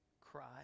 cry